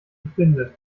bindet